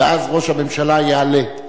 ואז ראש הממשלה יעלה.